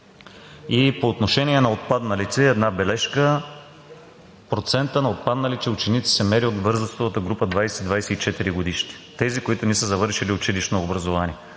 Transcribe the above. И по отношение на отпадналите една бележка. Процентът на отпадналите ученици се мери от възрастовата група 20 – 24-годишните, тези, които не са завършили училищно образование.